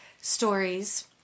stories